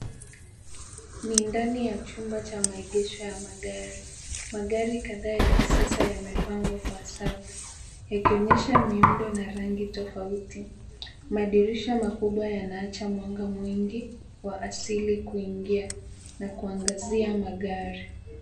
Ni ndani ya chumba cha maegesho ya magari. Magari kadhaa ya kisasa yamepangwa kwa safu ,ikionyesha miundo na rangi tofauti. Madirisha makubwa yanaacha mwanga mwingi wa asili kuingia na kuangazia magari.